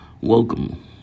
welcome